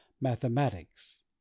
mathematics